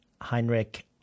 Heinrich